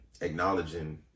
acknowledging